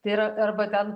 tai yra arba ten